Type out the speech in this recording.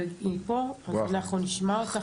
אנחנו נשמע אותך.